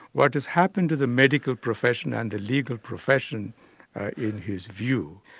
what has happened to the medical profession and the legal profession in his view,